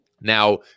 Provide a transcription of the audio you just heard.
Now